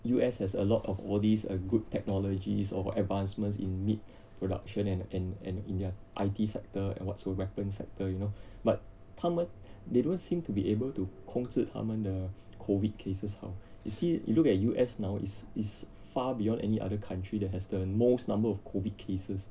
U_S has a lot of all these ah good technologies of advancements in meat production and and and in their I_T sector and what so weapons sector you know but 他们 they don't seem to be able to 控制他们的 COVID cases 好 you see you look at U_S now is is far beyond any other country that has the most number of COVID cases